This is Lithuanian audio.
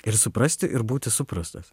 ir suprasti ir būti suprastas